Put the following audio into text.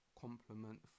complement